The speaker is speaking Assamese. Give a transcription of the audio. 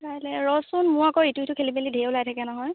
কাইলৈ ৰচোন মোৰ আকৌ ইটো সিটো খেলি মেলি ধেৰ ওলাই থাকে নহয়